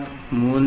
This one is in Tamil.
3 ஐ bit A